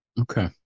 Okay